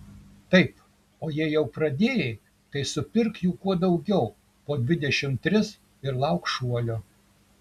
taip o jei jau pradėjai tai supirk jų kuo daugiau po dvidešimt tris ir lauk šuolio